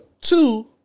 Two